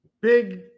big